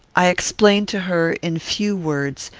i explained to her, in few words,